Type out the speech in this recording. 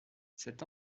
cet